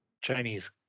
Chinese